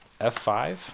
F5